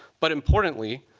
but importantly,